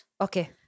Okay